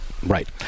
Right